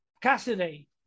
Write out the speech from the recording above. Cassidy